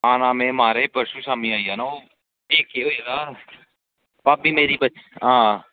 आना म्हाराज में परसों शामीं आई जाना एह् केह् होया भाभी मेरी आ